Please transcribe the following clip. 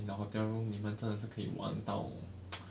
in the hotel room 你们真的是玩到